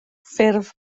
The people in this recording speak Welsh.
ffurf